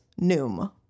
Noom